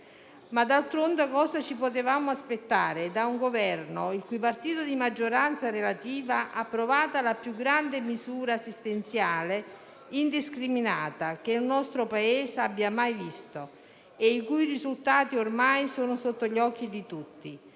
D'altronde, cosa potevamo aspettarci da un Governo il cui partito di maggioranza relativa ha approvato la più grande misura assistenziale indiscriminata che il nostro Paese abbia mai visto e i cui risultati sono ormai sotto gli occhi di tutti?